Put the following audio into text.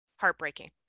heartbreaking